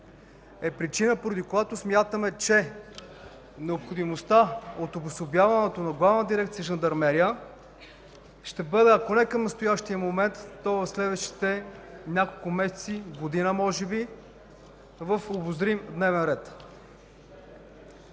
са причина, поради която смятаме, че необходимостта от обособяването на Главна дирекция „Жандармерия” ще бъде ако не към настоящия момент, то в следващите няколко месеца, година може би в обозрим дневен ред.